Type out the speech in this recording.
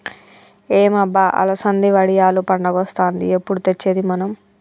ఏం అబ్బ అలసంది వడియాలు పండగొస్తాంది ఎప్పుడు తెచ్చేది మనం